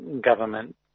government